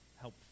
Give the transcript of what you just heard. help